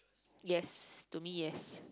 yes to me yes